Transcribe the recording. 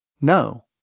no